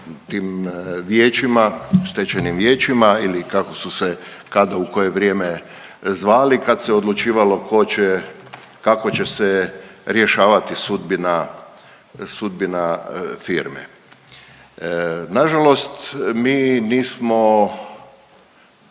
tim vijećima, stečajnim vijećima ili kako su se kad u koje vrijeme zvali, kad se odlučivalo tko će kako će se rješavati sudbina firme. Nažalost, mi nismo